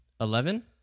Eleven